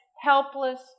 helpless